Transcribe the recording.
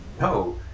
no